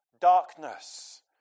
darkness